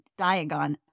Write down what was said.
Diagon